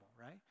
right